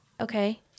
okay